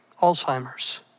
Alzheimer's